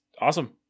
awesome